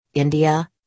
India